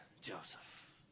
Joseph